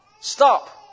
stop